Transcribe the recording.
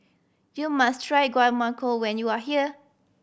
you must try Guacamole when you are here